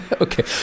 Okay